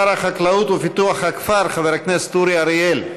שר החקלאות ופיתוח הכפר, חבר הכנסת אורי אריאל,